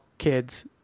kids